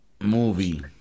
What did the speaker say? movie